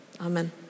Amen